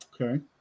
okay